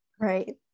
Right